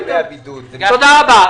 תודה רבה.